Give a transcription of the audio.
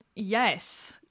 Yes